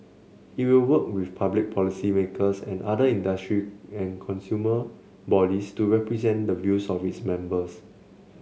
it will work with public policymakers and other industry and consumer bodies to represent the views of its members